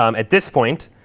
um at this point,